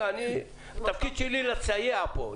התפקיד שלי לסייע פה.